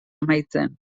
amaitzen